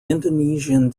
indonesian